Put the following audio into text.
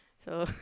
so